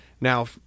Now